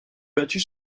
battu